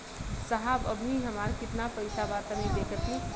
साहब अबहीं हमार कितना पइसा बा तनि देखति?